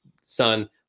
son